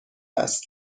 است